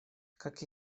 как